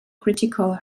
critical